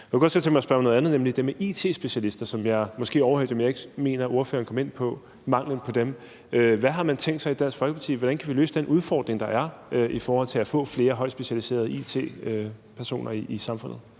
mig at spørge om noget andet, nemlig det med it-specialister, som jeg ikke mener, men måske har jeg overhørt det, at ordføreren kom ind på, altså manglen på dem. Hvad har man tænkt sig i Dansk Folkeparti? Hvordan kan vi løse den udfordring, der er, i forhold til at få flere højt specialiserede it-personer i samfundet?